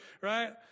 right